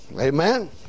Amen